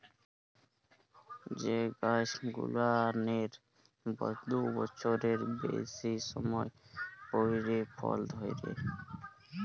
যে গাইছ গুলানের দু বচ্ছরের বেইসি সময় পইরে ফল ধইরে